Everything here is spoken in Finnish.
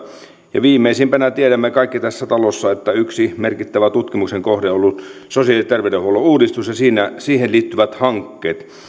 ja viimeisimpänä tiedämme kaikki tässä talossa yksi merkittävä tutkimuksen kohde on ollut sosiaali ja terveydenhuollon uudistus ja siihen liittyvät hankkeet